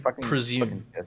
presume